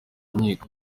inkiko